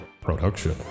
production